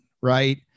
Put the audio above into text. right